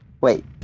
Wait